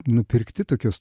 nupirkti tokios